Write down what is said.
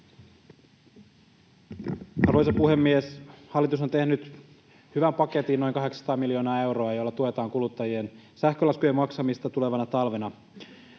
Arvoisa puhemies! Hallitus on tehnyt hyvän paketin, noin 800 miljoonaa euroa, jolla tuetaan kuluttajien sähkölaskujen maksamista tulevana talvena.